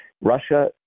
Russia